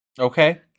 Okay